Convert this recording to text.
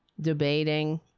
debating